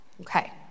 Okay